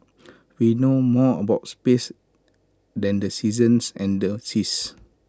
we know more about space than the seasons and the seas